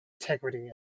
integrity